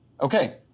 Okay